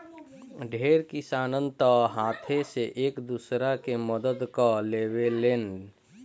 ढेर किसान तअ हाथे से एक दूसरा के मदद कअ लेवेलेन